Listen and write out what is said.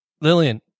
Lillian